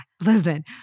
listen